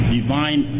divine